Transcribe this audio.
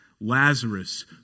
Lazarus